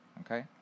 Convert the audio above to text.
okay